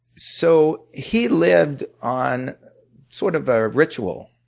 so he lived on sort of a ritual.